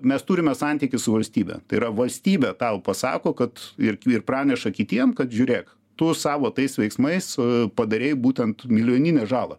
mes turime santykį su valstybe tai yra valstybė tau pasako kad ir ir praneša kitiem kad žiūrėk tu savo tais veiksmais padarei būtent milijoninę žalą